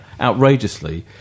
outrageously